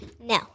No